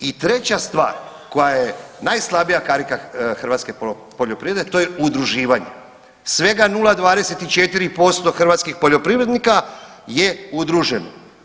I treća stvar koja je najslabija karika hrvatske poljoprivrede to je udruživanja, svega 0,24% hrvatskih poljoprivrednika je udruženo.